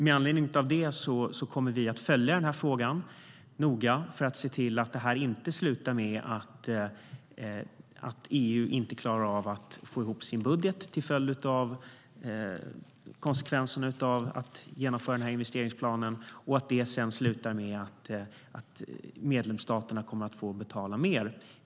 Med anledning av detta kommer vi att följa frågan noga, för att se till att detta inte slutar med att EU inte klarar av att få ihop sin budget till följd av konsekvenser av att genomföra den här investeringsplanen och att det sedan slutar med att medlemsstaterna kommer att få betala mer.